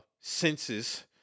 senses